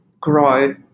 grow